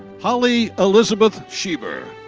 holly elizabeth schieber.